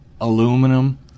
aluminum